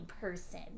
person